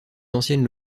anciennes